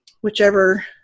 whichever